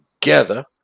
together